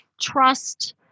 trust